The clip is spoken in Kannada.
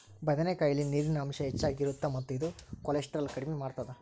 ಬದನೆಕಾಯಲ್ಲಿ ನೇರಿನ ಅಂಶ ಹೆಚ್ಚಗಿ ಇರುತ್ತ ಮತ್ತ ಇದು ಕೋಲೆಸ್ಟ್ರಾಲ್ ಕಡಿಮಿ ಮಾಡತ್ತದ